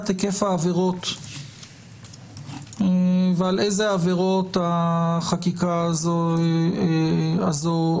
היקף העבירות ועל איזה עבירות החקיקה הזו תחול.